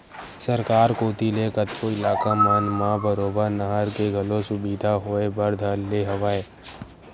सरकार कोती ले कतको इलाका मन म बरोबर नहर के घलो सुबिधा होय बर धर ले हवय